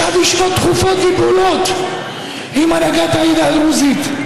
ישב בישיבות דחופות ובהולות עם הנהגת העדה הדרוזית: